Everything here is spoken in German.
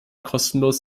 kostenlos